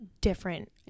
different